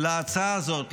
להצעה הזאת,